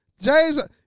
James